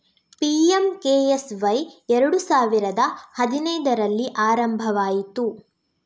PMKSY ಎರಡು ಸಾವಿರದ ಹದಿನೈದರಲ್ಲಿ ಆರಂಭವಾಯಿತು